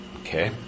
Okay